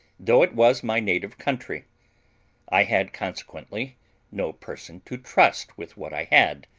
though it was my native country i had consequently no person to trust with what i had,